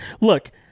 Look